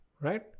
Right